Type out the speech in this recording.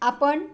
आपण